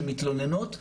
שמתלוננות,